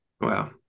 wow